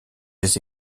des